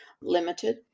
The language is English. limited